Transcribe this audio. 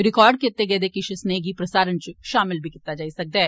record कीते गेदे किश सनेहे गी प्रसारण च शामल बी कीता जाई सकदा ऐ